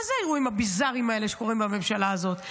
מה זה האירועים הביזאריים האלה שקורים בממשלה הזאת?